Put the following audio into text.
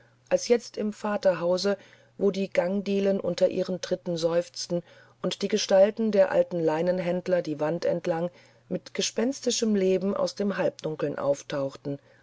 als jetzt im vaterhause wo die gangdielen unter ihren tritten seufzten und die gestalten der alten leinenhändler die wand entlang mit gespenstigem leben aus dem halbdunkel auftauchten